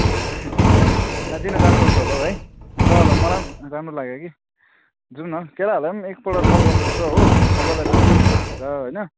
त्यही त साच्चिनै जानुपर्छ होला हौ है ल ल मलाई पनि राम्रो लाग्यो कि जाउँ न केटाहरूलाई पनि एकपल्ट कल गर्नुपर्छ हो सबैलाई कन्फ्ररेन्समा हालेर होइन